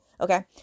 Okay